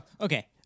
Okay